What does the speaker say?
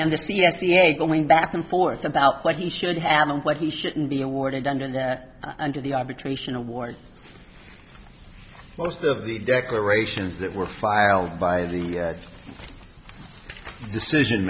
and the c s e a going back and forth about what he should have and what he shouldn't be awarded under that under the arbitration award most of the declarations that were filed by the decision